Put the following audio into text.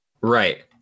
right